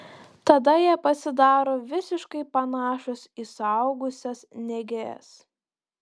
tada jie pasidaro visiškai panašūs į suaugusias nėges